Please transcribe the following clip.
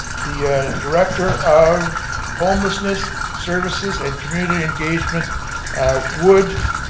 the director of homelessness, services and community engagement would